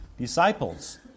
disciples